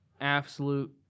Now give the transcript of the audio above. absolute